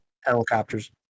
helicopters